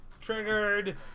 Triggered